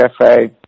Cafe